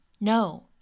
No